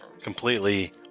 completely